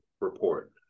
report